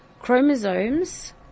Chromosomes